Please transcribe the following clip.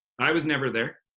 i was never there.